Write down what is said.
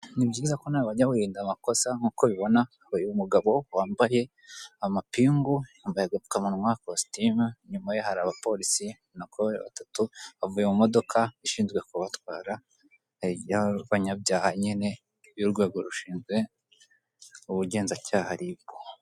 Ni byiza ko nawe wajya wirinda amakosa, nkuko ubibona uyu mugabo wambaye amapingu yambaye agapfukamunwa, kositime, inyuma ye hari b'abaporisi batatu bavuye mu modoka ishinzwe kubatwara y'abanyabyaha nyine y'urwego rushinzwe ubugenzacyaha RIB.